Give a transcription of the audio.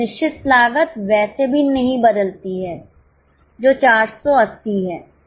निश्चित लागत वैसे भी बदलती नहीं है जो 480 है